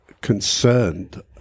concerned